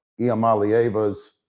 Iamalieva's